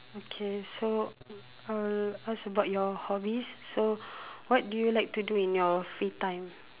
okay so I'll ask about your hobbies so what do you like to do in your free time